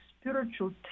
spiritual